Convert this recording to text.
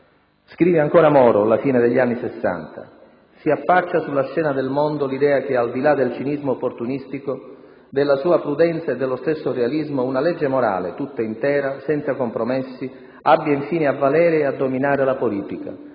Scrive ancora Moro alla fine degli anni Sessanta: «Si affaccia sulla scena del mondo l'idea che, al di là del cinismo opportunistico, della stessa prudenza e dello stesso realismo, una legge morale, tutta intera, senza compromessi, abbia infine a valere e a dominare la politica,